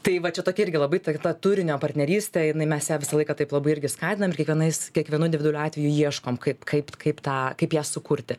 tai va čia tokia irgi labai ta ta turinio partnerystė jinai mes ją visą laiką taip labai irgi skatinam ir kiekvienais kiekvienu dividualiu atveju ieškom kaip kaip kaip tą kaip ją sukurti